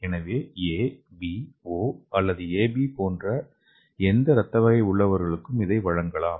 எனவே A B O அல்லது AB போன்ற எந்த இரத்தக் வகை உள்ளவர்களுக்கு இதை வழங்கலாம்